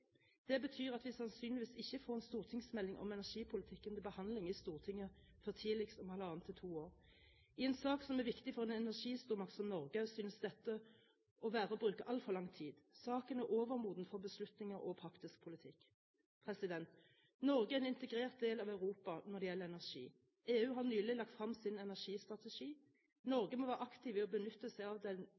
Det betyr at vi sannsynligvis ikke får en stortingsmelding om energipolitikken til behandling i Stortinget før tidligst om halvannet til to år. I en sak som er viktig for en energistormakt som Norge, synes dette å være å bruke altfor lang tid. Saken er overmoden for beslutninger og praktisk politikk. Norge er en integrert del av Europa når det gjelder energi. EU har nylig lagt frem sin energistrategi. Norge må være aktiv i å benytte seg av den